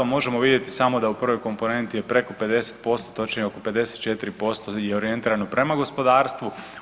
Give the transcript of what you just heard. Možemo vidjeti samo da u prvoj komponenti je preko 50% točnije oko 54% je orijentirano prema gospodarstvu.